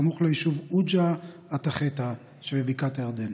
סמוך ליישוב עוג'ה א-תחֵתא שבבקעת הירדן.